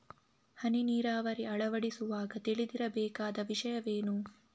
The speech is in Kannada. ಹನಿ ನೀರಾವರಿ ಅಳವಡಿಸುವಾಗ ತಿಳಿದಿರಬೇಕಾದ ವಿಷಯವೇನು?